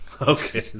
Okay